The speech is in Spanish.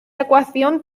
ecuación